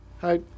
Hi